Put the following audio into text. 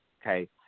Okay